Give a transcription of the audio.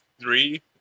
three